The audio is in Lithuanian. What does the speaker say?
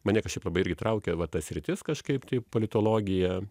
mane kažkaip labai irgi traukė va ta sritis kažkaip tai politologija